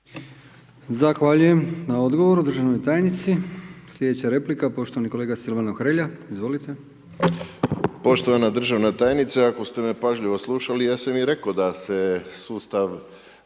Zahvaljujem na odgovoru državnoj tajnici. Sljedeća replika poštovani kolega Silvano Hrelja, izvolite. **Hrelja, Silvano (HSU)** Poštovana državna tajnice ako ste me pažljivo slušali ja sam i rekao da se sustav